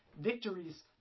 victories